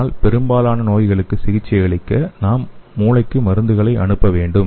ஆனால் பெரும்பாலான நோய்களுக்கு சிகிச்சையளிக்க நாம் மூளைக்கு மருந்துகளை அனுப்ப வேண்டும்